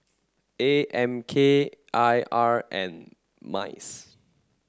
A M K I R and MICE